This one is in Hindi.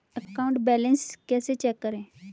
अकाउंट बैलेंस कैसे चेक करें?